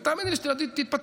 ותאמינו לי שתל אביב תתפתח,